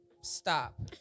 stop